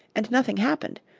and nothing happened,